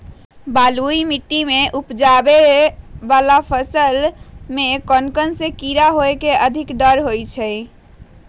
बलुई मिट्टी में उपजाय जाने वाली फसल में कौन कौन से कीड़े होने के अधिक डर हैं?